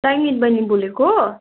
Chinese बहिनी बोलेको